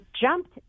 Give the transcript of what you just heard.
jumped